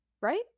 right